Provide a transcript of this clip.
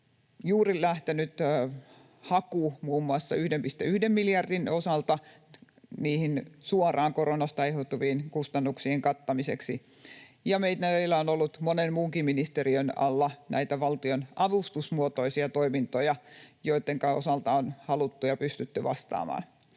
juuri lähtenyt haku muun muassa 1,1 miljardin osalta suoraan koronasta aiheutuvien kustannuksien kattamiseksi, ja meillä on ollut monen muunkin ministeriön alla näitä valtion avustusmuotoisia toimintoja, joittenka osalta on haluttu ja pystytty vastaamaan.